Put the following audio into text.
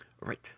Right